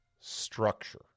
structure